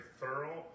thorough